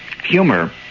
humor